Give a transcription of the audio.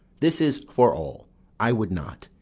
this is for all i would not,